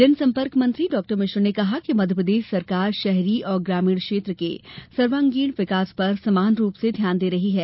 जनसम्पर्क मंत्री ने कहा कि मध्यप्रदेश सरकार शहरी और ग्रामीण क्षेत्र के सर्वांगीण विकास पर समान रूप से ध्यान दे रही है